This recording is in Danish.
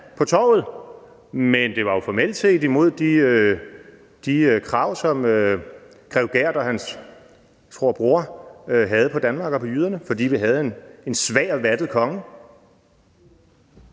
på torvet. Men det var jo formelt set imod de krav, som Grev Gert og, tror jeg, hans bror havde på Danmark og på jyderne, fordi vi havde en svag og vattet konge.